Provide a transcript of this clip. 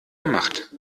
gemacht